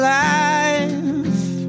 life